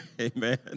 amen